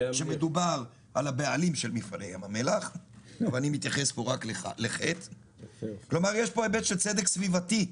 כשמדובר על הבעלים של מפעלי ים המלח - כלומר יש פה היבט של צדק סביבתי.